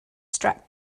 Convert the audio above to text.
strap